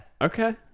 Okay